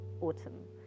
autumn